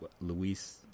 Luis